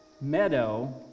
meadow